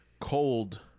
cold